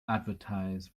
advertise